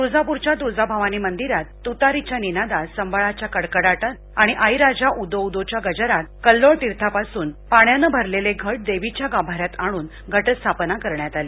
तुळजाप्रच्या तुळजाभवानी मंदिरात तुतारीच्या निनादात संबळाच्या कडकडाटात आणि आई राजा उदो उदो च्या गजरात कल्लोळ तीर्थापासून पाण्यानं भरलेले घट देवीच्या गाभाऱ्यात आणून घटस्थापना करण्यात आली